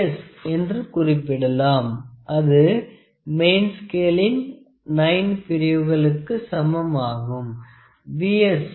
S என்று குறிப்பிடலாம் அது மெயின் ஸ்கேளின் 9 பிரிவுகளுக்கும் சமம் ஆகும்